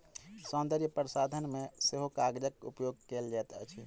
सौन्दर्य प्रसाधन मे सेहो कागजक उपयोग कएल जाइत अछि